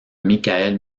mickaël